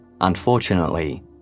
Unfortunately